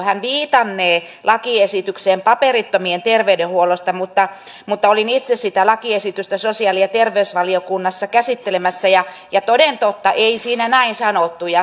hän viitannee lakiesitykseen paperittomien terveydenhuollosta mutta olin itse sitä lakiesitystä sosiaali ja terveysvaliokunnassa käsittelemässä ja toden totta ei siinä näin sanottu